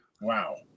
Wow